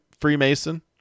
Freemason